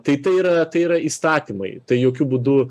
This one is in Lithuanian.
tai tai yra tai yra įstatymai tai jokiu būdu